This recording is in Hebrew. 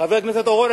חבר הכנסת אורון,